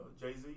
Jay-Z